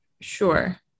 Sure